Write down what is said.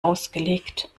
ausgelegt